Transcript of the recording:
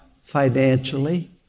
financially